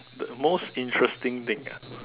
the most interesting thing ah